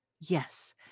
Yes